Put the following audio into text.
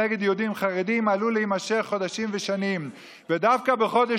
נגד יהודים חרדים עלולות להימשך חודשים ושנים.